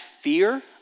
fear